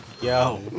Yo